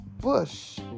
bush